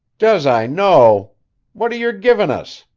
does i know what are yer givin' us?